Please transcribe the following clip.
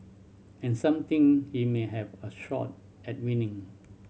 and some think he may have a shot at winning